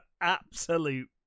absolute